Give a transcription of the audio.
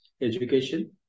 education